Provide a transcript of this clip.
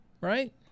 Right